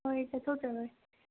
ꯍꯣꯏ ꯆꯠꯊꯣꯛꯆꯔꯣꯏ